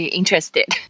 interested 。